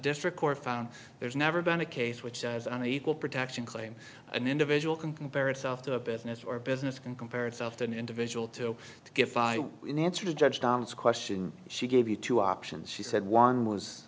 found there's never been a case which as an equal protection claim an individual can compare itself to a business or business can compare itself to an individual to get by in answer to judge thomas question she gave you two options she said one was